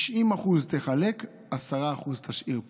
90% תחלק, 10% תשאיר פה,